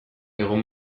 egon